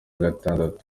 gatandatu